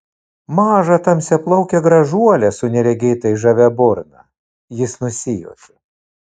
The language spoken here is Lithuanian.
mažą tamsiaplaukę gražuolę su neregėtai žavia burna jis nusijuokė